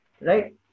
right